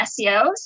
SEOs